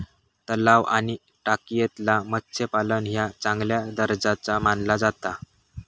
तलाव आणि टाकयेतला मत्स्यपालन ह्या चांगल्या दर्जाचा मानला जाता